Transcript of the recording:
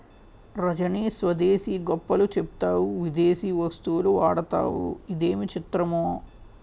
రజనీ స్వదేశీ గొప్పలు చెప్తావు విదేశీ వస్తువులు వాడతావు ఇదేమి చిత్రమో